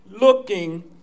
looking